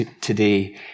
today